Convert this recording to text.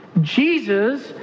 Jesus